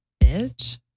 Bitch